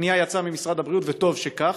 הפנייה יצאה ממשרד הבריאות, וטוב שכך.